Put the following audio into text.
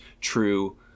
true